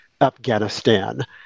afghanistan